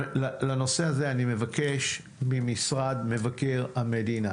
אני מבקש ממשרד מבקר המדינה